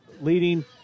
leading